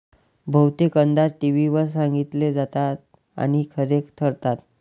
बहुतेक अंदाज टीव्हीवर सांगितले जातात आणि खरे ठरतात